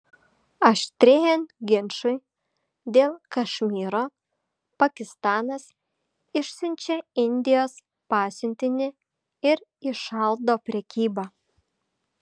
aštrėjant ginčui dėl kašmyro pakistanas išsiunčia indijos pasiuntinį ir įšaldo prekybą